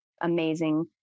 amazing